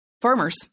Farmers